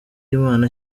imana